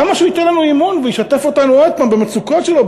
למה שהוא ייתן בנו אמון וישתף אותנו עוד פעם במצוקות שלו,